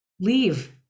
leave